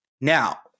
Now